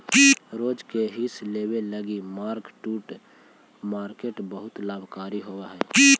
रोज के हिस लेबे लागी मार्क टू मार्केट बहुत लाभकारी हई